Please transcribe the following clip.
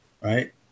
right